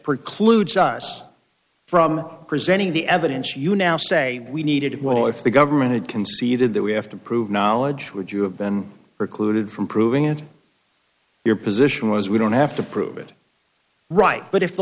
precludes us from presenting the evidence you now say we needed it well if the government had conceded that we have to prove knowledge would you have been precluded from proving it your position was we don't have to prove it right but if the